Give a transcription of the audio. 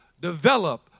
develop